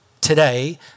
today